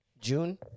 June